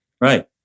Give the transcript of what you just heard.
Right